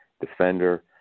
defender